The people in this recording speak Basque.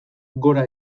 gora